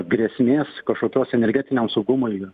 grėsmės kažkokios energetiniam saugumui